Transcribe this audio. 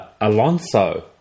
Alonso